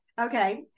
okay